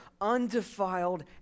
undefiled